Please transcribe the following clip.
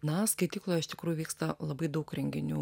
na skaitykloje iš tikrųjų vyksta labai daug renginių